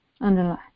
underline